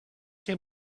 can